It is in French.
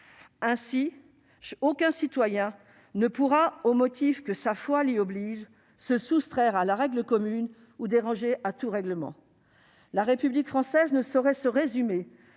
Ainsi, aucun citoyen ne pourra, au motif que sa foi l'y oblige, se soustraire à la règle commune ou déroger à tout règlement. La République française ne saurait se résumer